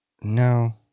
No